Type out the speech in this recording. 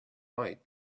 might